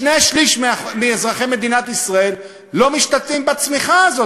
שני-שלישים מאזרחי מדינת ישראל לא משתתפים בצמיחה הזאת,